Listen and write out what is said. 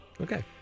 Okay